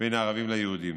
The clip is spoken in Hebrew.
בין הערבים ליהודים,